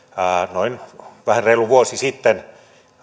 vähän reilu vuosi sitten